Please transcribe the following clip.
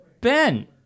Ben